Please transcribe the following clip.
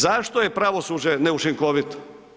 Zašto je pravosuđe neučinkovito?